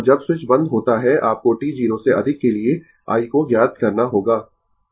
और जब स्विच बंद होता है आपको t 0 से अधिक के लिए i को ज्ञात करना होगा